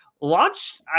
launched